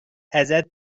ازت